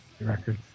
record